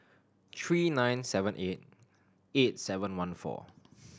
three nine seven eight eight seven one four